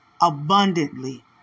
Abundantly